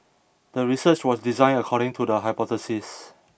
the research was designed according to the hypothesis